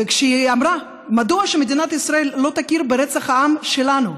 וכשהיא שאלה מדוע מדינת ישראל לא תכיר ברצח העם שלהם,